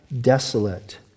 desolate